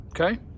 okay